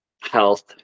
health